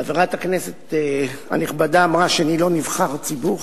חברת הכנסת הנכבדה אמרה שאני לא נבחר הציבור.